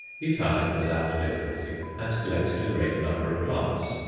he found it without difficulty, and collected a great number of plants.